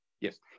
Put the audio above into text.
Yes